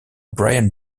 brian